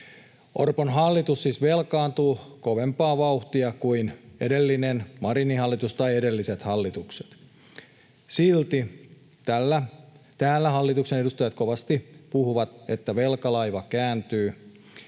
Orpon hallitus siis velkaantuu kovempaa vauhtia kuin edellinen Marinin hallitus tai edelliset hallitukset. Silti täällä hallituksen edustajat kovasti puhuvat, että velkalaiva kääntyy.